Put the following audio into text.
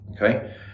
okay